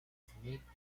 smith